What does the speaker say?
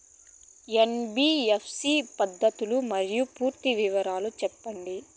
NBFC పద్ధతులు మరియు పూర్తి వివరాలు సెప్పండి?